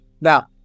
Now